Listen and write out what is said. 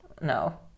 No